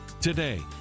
Today